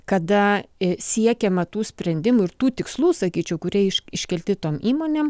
kada ir siekiama tų sprendimų ir tų tikslų sakyčiau kurie iš iškelti tom įmonėm